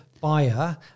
buyer